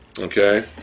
Okay